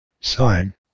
Sign